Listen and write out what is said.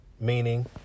Meaning